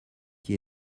qui